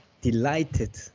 delighted